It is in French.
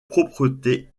propreté